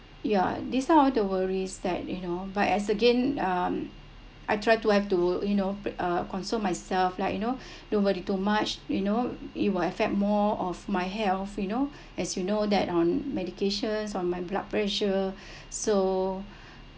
ya this now I want to worries that you know but as again um I try to have to you know uh console myself like you know don’t worry too much you know it will affect more of my health you know as you know that on medications on my blood pressure so